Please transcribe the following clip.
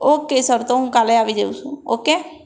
okay sir તો હું કાલે આવી જાઉં છું ઓકે